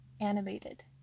animated